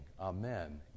Amen